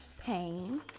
pain